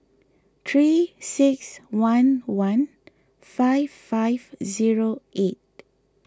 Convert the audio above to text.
three six one one five five zero eight